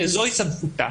זוהי סמכותה.